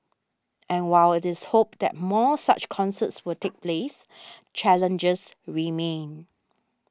and while it is hoped that more such concerts will take place challenges remain